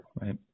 right